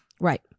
Right